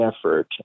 effort